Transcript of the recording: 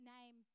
name